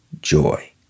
joy